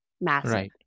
Massive